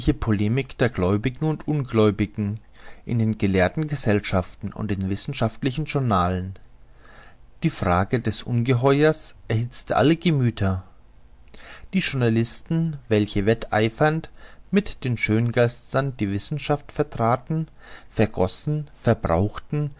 polemik der gläubigen und ungläubigen in den gelehrten gesellschaften und den wissenschaftlichen journalen die frage des ungeheuers erhitzte alle gemüther die journalisten welche wetteifernd mit den schöngeistern die wissenschaft vertraten vergossen verbrauchten